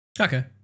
okay